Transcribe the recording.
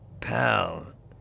pal